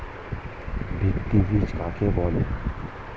ভিত্তি বীজ কাকে বলে?